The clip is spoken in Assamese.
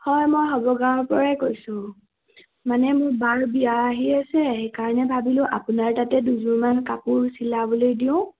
হয় মই হয়বৰ গাঁৱৰ পৰাই কৈছোঁ মানে মোৰ বাৰ বিয়া অহি আছে সেইকাৰণে ভাবিলোঁ আপোনাৰ তাতে দুযোৰমান কাপোৰ চিলাবলৈ দিওঁ